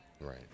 Right